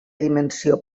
dimensió